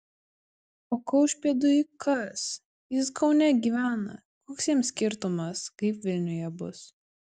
o kaušpėdui kas jis kaune gyvena koks jam skirtumas kaip vilniuje bus